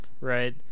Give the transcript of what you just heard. Right